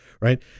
right